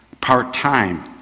part-time